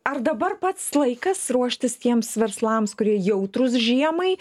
ar dabar pats laikas ruoštis tiems verslams kurie jautrūs žiemai